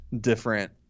different